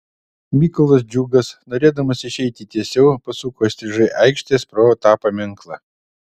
mykolas džiugas norėdamas išeiti tiesiau pasuko įstrižai aikštės pro tą paminklą